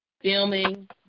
filming